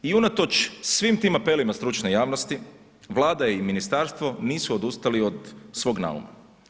I unatoč svim tim apelima stručne javnosti, Vlada i ministarstvo nisu odustali od svog nauma.